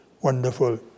wonderful